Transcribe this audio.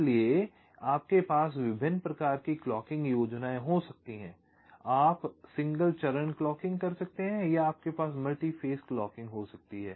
इसलिए आपके पास विभिन्न प्रकार की क्लॉकिंग योजनाएं हो सकती हैं आप एकल चरण क्लॉकिंग कर सकते हैं या आपके पास मल्टी फेज क्लॉकिंग हो सकती है